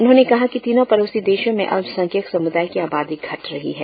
उन्होंने कहा कि तीनों पड़ोसी देशों में अल्पसंख्यक समुदाय की आबादी घट रही है